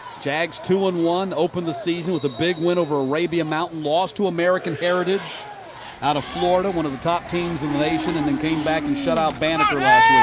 jags two one, opened the season with a big win over arabian mountain. lost to american heritage out of florida. one of the top teams in the nation, and then came back and shut out banneker last yeah